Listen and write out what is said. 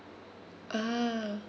ah